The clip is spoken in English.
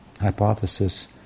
hypothesis